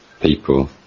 people